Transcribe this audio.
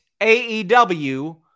AEW